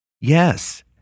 Yes